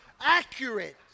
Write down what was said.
accurate